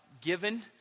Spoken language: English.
given